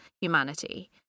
humanity